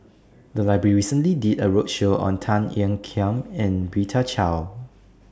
The Library recently did A roadshow on Tan Ean Kiam and Rita Chao